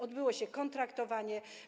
Odbyło się kontraktowanie.